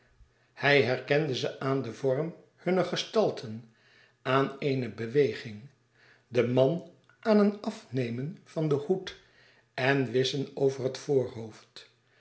hij herkende ze aan den vorm hunner gestalten aan eene beweging den man aan een afnemen van den hoed en wisschen over het voorhoofd